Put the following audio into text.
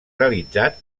realitzat